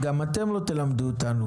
גם אתם לא תלמדו אותנו.